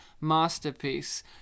masterpiece